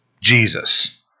Jesus